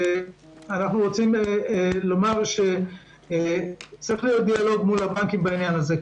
אנחנו רוצים לומר שצריך להיות דיאלוג מול הבנקים בעניין הזה.